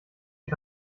die